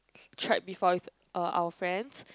tried before with uh our friends